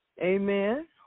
Amen